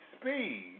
speed